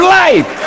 life